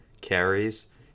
carries